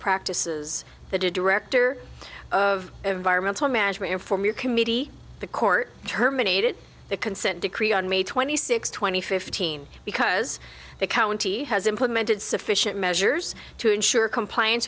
practices the director of environmental management inform your committee the court terminated the consent decree on may twenty sixth two thousand and fifteen because the county has implemented sufficient measures to ensure compliance